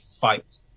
fight